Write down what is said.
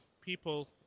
people